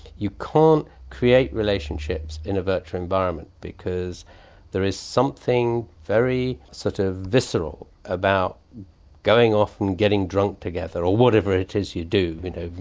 you can't create relationships in a virtual environment, because there is something very sort of visceral about going off and getting drunk together, or whatever it is you do, you know,